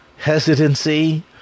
hesitancy